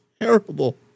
Terrible